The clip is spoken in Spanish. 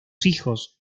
hijos